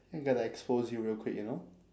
I'm gonna expose you real quick you know